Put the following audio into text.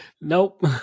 Nope